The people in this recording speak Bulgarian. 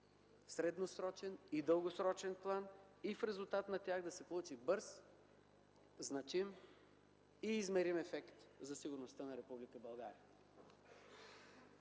в средносрочен и дългосрочен план и в резултат на тях да се получи бърз, значим и измерим ефект за сигурността на Република